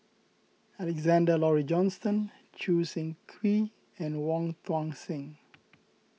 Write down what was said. Alexander Laurie Johnston Choo Seng Quee and Wong Tuang Seng